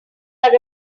are